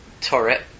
turret